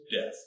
Death